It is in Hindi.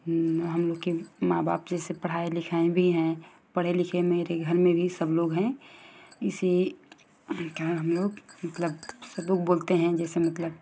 हम लोग के माँ बाप जैसे पढ़ाए लिखाये भी हैं पढ़े लिखे मेरे घर में भी सब लोग हैं इसी हम लोग मतलब सब लोग बोलते हैं जैसे मतलब